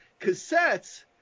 cassettes